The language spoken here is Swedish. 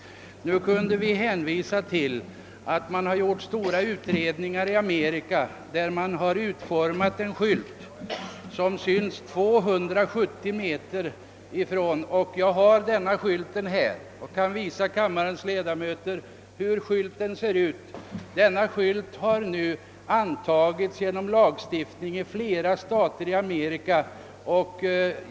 Vi har kunnat hänvisa till att stora utredningar har gjorts i Amerika där man har utformat en skylt som är synlig på 270 meters avstånd. Jag har en sådan skylt här och kan nu visa kammarens ledamöter hur den ser ut. Denna skylt har antagits genom lagstiftning i flera stater i Amerika.